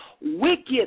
wicked